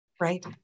right